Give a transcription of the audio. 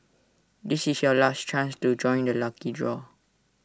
this is your last chance to join the lucky draw